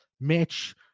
Mitch